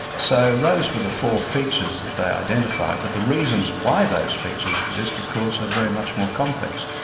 so those were the four features that they identified but the reasons why those features exist of course, are very much more complex.